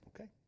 Okay